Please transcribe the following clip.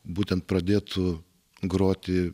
būtent pradėtų groti